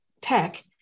tech